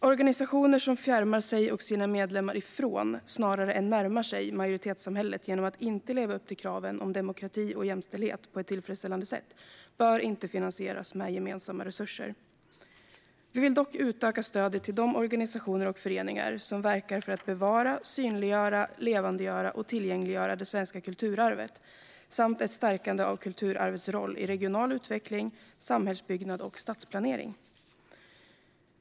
Organisationer som fjärmar sig och sina medlemmar från - snarare än närmar sig - majoritetssamhället genom att inte leva upp till kraven på demokrati och jämställdhet på ett tillfredsställande sätt bör inte finansieras med gemensamma resurser. Vi vill dock utöka stödet till de organisationer och föreningar som verkar för att bevara, synliggöra, levandegöra och tillgängliggöra det svenska kulturarvet. Vi vill se ett stärkande av kulturarvets roll i regional utveckling, samhällsbyggnad och stadsplanering.